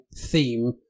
theme